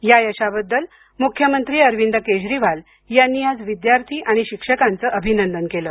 या यशाबद्दल मुख्यमंत्री अरविंद केजरीवाल यांनी आज विद्यार्थी आणि शिक्षकांचं अभिनंदन केलं